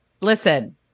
listen